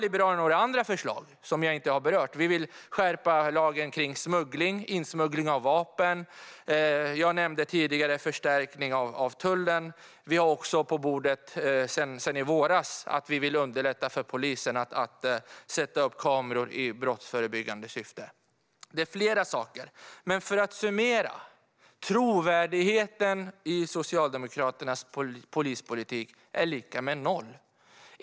Liberalerna har även andra förslag. Vi vill skärpa lagen mot insmuggling av vapen. Jag nämnde tidigare förstärkning av tullen. Sedan i våras har vi också på bordet att vi vill underlätta för polisen att sätta upp kameror i brottsförebyggande syfte. För att summera: Trovärdigheten i Socialdemokraternas polispolitik är lika med noll.